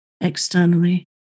externally